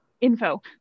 info